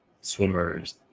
swimmers